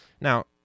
Now